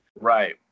right